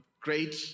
great